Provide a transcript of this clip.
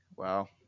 Wow